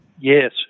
Yes